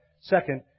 Second